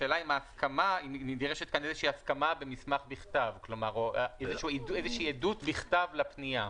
והשאלה היא אם נדרשת כאן הסכמה במסמך בכתב או איזושהי עדות בכתב לפנייה.